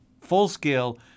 full-scale